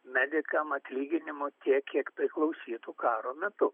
medikam atlyginimo tiek kiek priklausytų karo metu